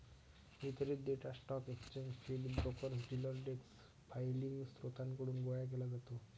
वितरित data stock exchange feed, brokers, dealer desk filing स्त्रोतांकडून गोळा केला जातो